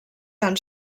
tan